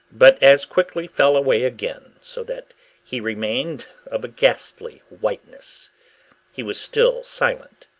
but as quickly fell away again, so that he remained of a ghastly whiteness he was still silent.